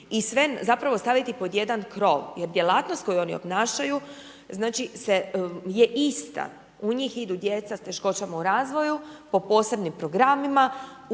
i sve zapravo staviti pod jedan krov, jer djelatnost koju oni obnašaju je ista, u njih idu djeca s teškoćama u razvoju, po posebnim programima,